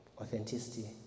authenticity